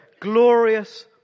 Glorious